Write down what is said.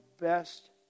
best